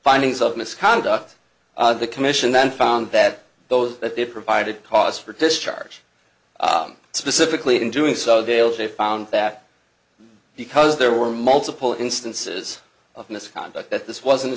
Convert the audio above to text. findings of misconduct the commission then found that those that they provided cause for discharge specifically in doing so they'll say found that because there were multiple instances of misconduct that this wasn't a